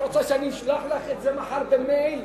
את רוצה שאני אשלח לך את זה מחר במייל